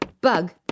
Bug